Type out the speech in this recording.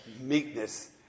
meekness